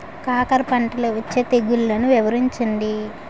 కాకర పంటలో వచ్చే తెగుళ్లను వివరించండి?